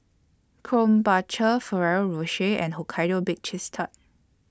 Krombacher Ferrero Rocher and Hokkaido Baked Cheese Tart